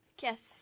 Yes